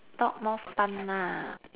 dog more fun ah